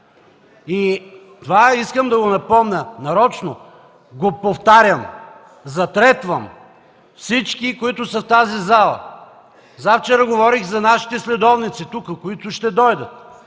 Това искам да го напомня и нарочно го повтарям, затретвам на всички, които са в тази зала. Завчера говорих за нашите следовници тук, които ще дойдат